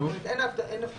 זאת אומרת, אין הבחנה.